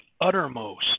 uttermost